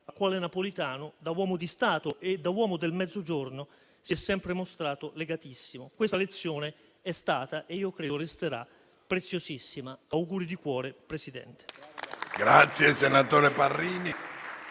al quale Napolitano, da uomo di Stato e da uomo del Mezzogiorno, si è sempre mostrato legatissimo. Questa lezione è stata, e io credo resterà, preziosissima. Auguri di cuore Presidente.